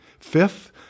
fifth